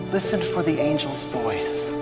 listen for the angel's voice.